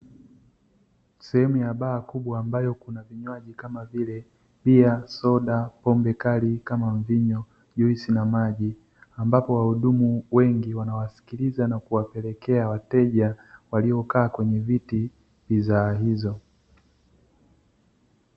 Sehemu ya baa kubwa ambayo kuna vinywaji kama vile bia, soda, pombe kali kama mvinyo, juisi na maji ambapo wahudumu wengi wanawasikiliza na kuwapelekea wateja waliokaa kwenye viti bidhaa hizo .